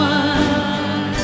one